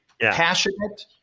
passionate